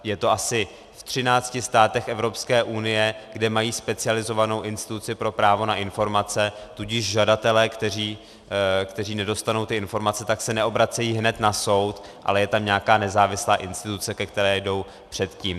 Je to asi v 13 státech Evropské unie, kde mají specializovanou instituci pro právo na informace, tudíž žadatelé, kteří nedostanou informace, se neobracejí hned na soud, ale je tam nějaká nezávislá instituce, ke které jdou předtím.